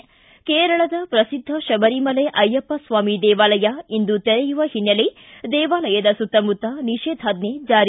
ಿ ಕೇರಳದ ಪ್ರಸಿದ್ದ ಶಬರಿಮಲೆ ಅಯ್ಯಪ್ಪಸ್ವಾಮಿ ದೇವಾಲಯ ಇಂದು ತೆರೆಯುವ ಹಿನ್ನೆಲೆ ದೇವಾಲಯದ ಸುತ್ತಮುತ್ತ ನಿಷೇಧಾಜ್ಞೆ ಜಾರಿ